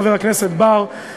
חבר הכנסת בר,